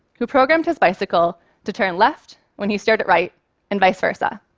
who programed his bicycle to turn left when he steered it right and vice versa.